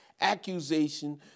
accusation